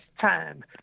time